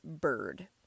Bird